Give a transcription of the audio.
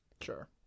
Sure